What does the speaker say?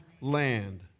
land